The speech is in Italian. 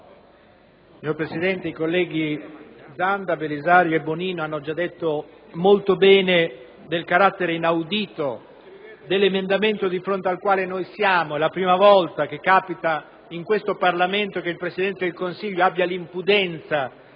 Signor Presidente, i colleghi Zanda, Belisario e Bonino hanno già detto molto bene del carattere inaudito dell'emendamento di fronte al quale ci troviamo. E la prima volta che in questo Parlamento il Presidente del Consiglio ha l'impudenza